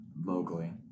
locally